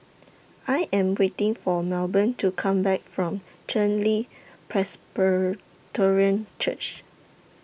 I Am waiting For Melbourne to Come Back from Chen Li Presbyterian Church